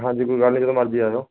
ਹਾਂਜੀ ਕੋਈ ਗੱਲ ਨਹੀ ਜਦੋ ਮਰਜੀ ਆ ਜੋ